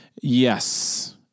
Yes